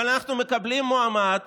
אבל אנחנו מקבלים מועמד